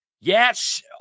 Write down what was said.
Yes